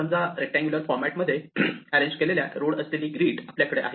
समजा rectangular format मध्ये arrange केलेल्या रोड असलेली ग्रीड आपल्याकडे आहे